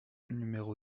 numéro